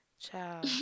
Ciao